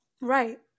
Right